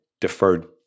deferred